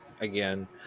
again